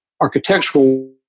architectural